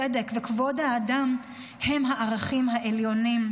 צדק וכבוד האדם הם הערכים העליונים,